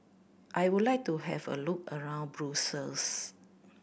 I would like to have a look around Brussels